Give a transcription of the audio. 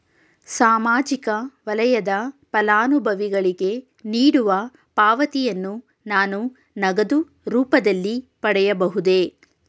ಸಾಮಾಜಿಕ ವಲಯದ ಫಲಾನುಭವಿಗಳಿಗೆ ನೀಡುವ ಪಾವತಿಯನ್ನು ನಾನು ನಗದು ರೂಪದಲ್ಲಿ ಪಡೆಯಬಹುದೇ?